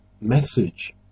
message